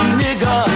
nigga